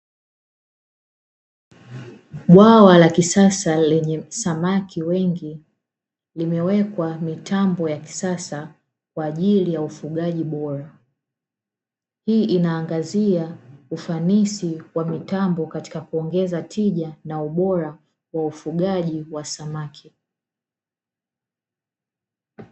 Bwawa la kisasa lenye samaki wengi nimewekwa mitambo ya kisasa kwaajili ya ufugaji bora, hii inaangazia ufanisi wa mitambo katika kuongeza tija na ubora wa ufugaji wa samaki.